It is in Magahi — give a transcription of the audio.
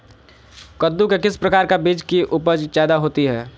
कददु के किस प्रकार का बीज की उपज जायदा होती जय?